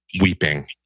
weeping